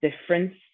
difference